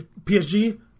PSG